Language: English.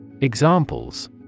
Examples